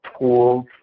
tools